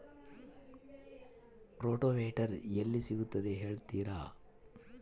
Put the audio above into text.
Rotavator ಎಲ್ಲಿ ಸಿಗುತ್ತದೆ ಹೇಳ್ತೇರಾ?